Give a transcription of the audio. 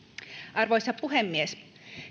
arvoisa puhemies